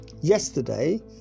yesterday